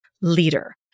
leader